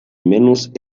menos